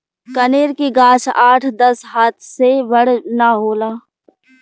कनेर के गाछ आठ दस हाथ से बड़ ना होला